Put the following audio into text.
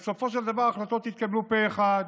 בסופו של דבר החלטות התקבלו פה אחד